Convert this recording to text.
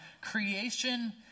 creation